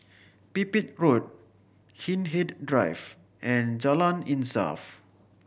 Pipit Road Hindhede Drive and Jalan Insaf